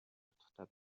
утгатай